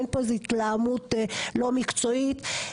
אין פה איזה התלהמות לא מקצועית,